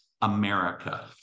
America